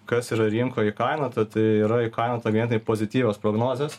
kas yra rinkoj įkainota tai yra įkainota vien tik pozityvios prognozės